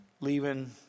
leaving